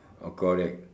oh correct